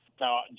Now